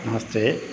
नमस्ते